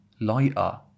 lighter